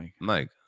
Mike